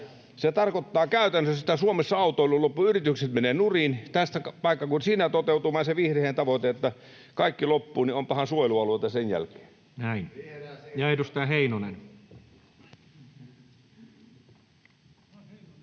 Se tarkoittaa käytännössä sitä, että Suomessa autoilu loppuu ja yritykset menevät nurin, ja siinä toteutuu vain se vihreiden tavoite, että kun kaikki loppuu, niin onpahan suojelualueita sen jälkeen. Näin. — Edustaja Heinonen.